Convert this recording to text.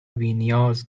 بینیاز